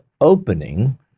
opening